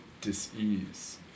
dis-ease